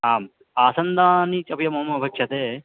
आम् आसन्दानि चापि मम अपेक्षते